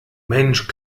mensch